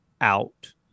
out